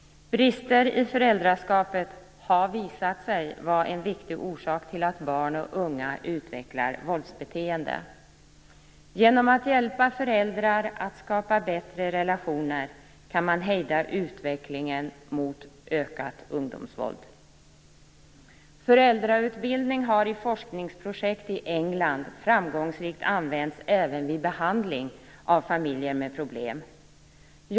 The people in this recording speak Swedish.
Brister i föräldraskapet har visat sig vara en viktig orsak till att barn och unga utvecklar våldsbeteende. Genom att hjälpa föräldrar att skapa bättre relationer kan man hejda utvecklingen mot ökat ungdomsvåld. Föräldrautbildning har i forskningsprojekt i England framgångsrikt använts även vid behandling av familjer med problem.